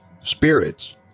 spirits